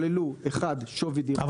לקחנו קריטריונים שכללו שווי דירה --- אבל